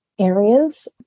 areas